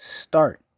start